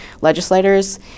legislators